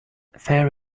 fair